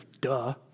duh